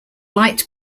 light